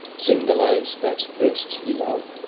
sing the lays that best you love.